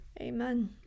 Amen